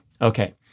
Okay